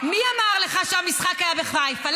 מי אמר לך שהמשחק היה בחיפה?